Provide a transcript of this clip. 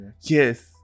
Yes